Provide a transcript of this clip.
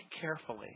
carefully